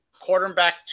quarterback